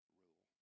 rule